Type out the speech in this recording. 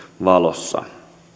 valossa